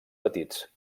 petits